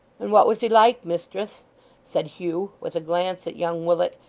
and what was he like, mistress said hugh with a glance at young willet,